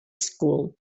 school